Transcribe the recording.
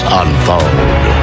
unfold